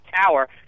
tower